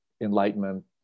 enlightenment